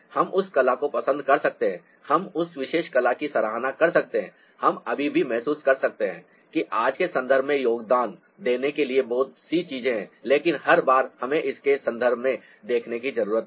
हम उस कला को पसंद कर सकते हैं हम उस विशेष कला की सराहना कर सकते हैं हम अभी भी महसूस कर सकते हैं कि आज के संदर्भ में योगदान देने के लिए बहुत सी चीजें हैं लेकिन हर बार हमें इसके संदर्भ में देखने की जरूरत है